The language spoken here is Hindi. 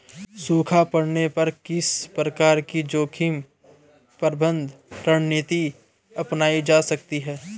सूखा पड़ने पर किस प्रकार की जोखिम प्रबंधन रणनीति अपनाई जा सकती है?